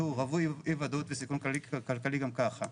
רווי אי ודאות וסיכון כלכלי גם ככה.